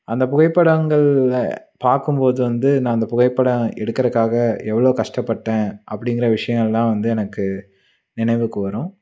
அந்த புகைப்படங்களில் பார்க்கும்போது வந்து நான் அந்த புகைப்படம் எடுக்கிறக்காக எவ்வளோ கஷ்டப்பட்டேன் அப்படிங்கிற விஷயோல்லாம் வந்து எனக்கு நினைவுக்கு வரும்